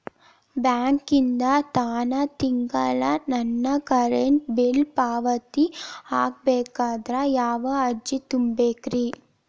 ಬ್ಯಾಂಕಿಂದ ತಾನ ತಿಂಗಳಾ ನನ್ನ ಕರೆಂಟ್ ಬಿಲ್ ಪಾವತಿ ಆಗ್ಬೇಕಂದ್ರ ಯಾವ ಅರ್ಜಿ ತುಂಬೇಕ್ರಿ?